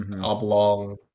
oblong